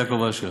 יעקב אשר.